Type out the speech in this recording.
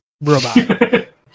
Robot